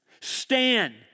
Stand